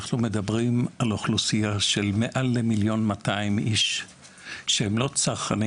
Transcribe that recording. אנחנו מדברים על אוכלוסייה של מעל 1.2 מיליון איש שהם לא צרכני